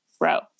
row